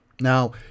Now